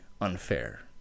unfair